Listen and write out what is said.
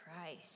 Christ